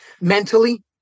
mentally